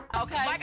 Okay